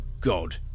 god